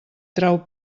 trau